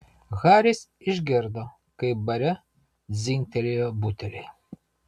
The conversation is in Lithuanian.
haris išgirdo kaip bare dzingtelėjo buteliai